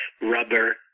rubber